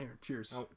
cheers